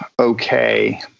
okay